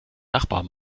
nachbar